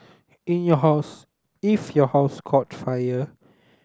in your house if your house caught fire